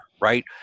right